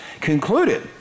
concluded